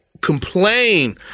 Complain